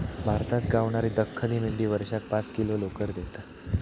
भारतात गावणारी दख्खनी मेंढी वर्षाक पाच किलो लोकर देता